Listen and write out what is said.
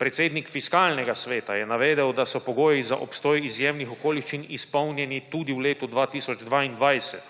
Predsednik Fiskalnega sveta je navedel, da so pogoji za obstoj izjemnih okoliščin izpolnjeni tudi v letu 2022.